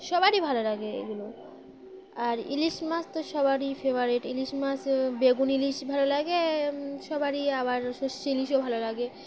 সবারই ভালো লাগে এগুলো আর ইলিশ মাছ তো সবারই ফেভারেট ইলিশ মাছ বেগুন ইলিশ ভালো লাগে সবারই আবার সর্ষে ইলিশও ভালো লাগে